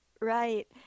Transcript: Right